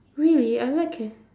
really I like eh